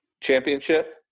Championship